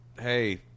Hey